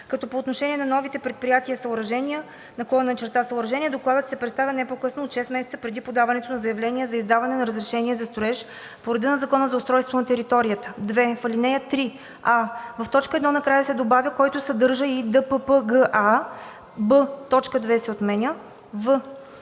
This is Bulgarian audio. като по отношение на новите предприятия/съоръжения докладът се представя не по-късно от 6 месеца преди подаването на заявление за издаване на разрешение за строеж по реда на Закона за устройство на територията.“ 2. В ал. 3: а) в т. 1 накрая се добавя „който съдържа и ДППГА“; б) точка 2 се отменя; в)